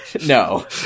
no